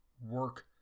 work